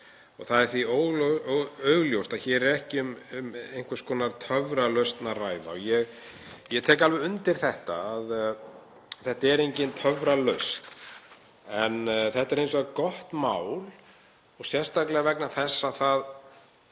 — „Það er því augljóst að hér er ekki um einhvers konar töfralausn að ræða.“ Ég tek alveg undir það að þetta er engin töfralausn. En þetta er hins vegar gott mál og sérstaklega vegna þess, og það